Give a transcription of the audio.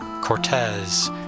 Cortez